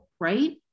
right